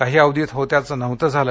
काही अवधीत होत्याचं नव्हतं झालं